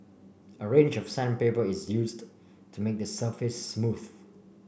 a range of sandpaper is used to make the surface smooth